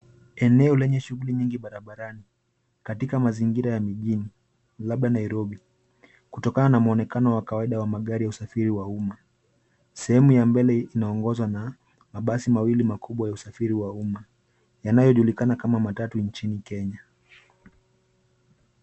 Eneo lenye shughuli nyingi barabarani katika mazingira ya mjini labda Nairobi kutokana na muonekano wa kawaida wa magari ya usafiri wa umma. Sehemu ya mbele inaongozwa na mabasi mawili makubwa ya usafiri wa umma. Yanayojulikana kama matatu nchini Kenya.